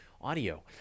audio